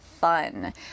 fun